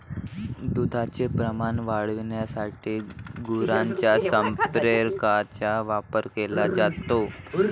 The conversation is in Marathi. दुधाचे प्रमाण वाढविण्यासाठी गुरांच्या संप्रेरकांचा वापर केला जातो